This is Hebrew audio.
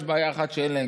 יש בעיה אחת שאין להם,